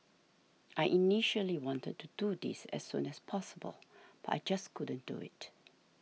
I initially wanted to do this as soon as possible but I just couldn't do it